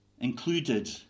included